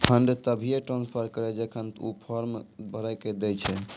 fund तभिये transfer करऽ जेखन ऊ फॉर्म भरऽ के दै छै